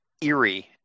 eerie